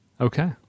Okay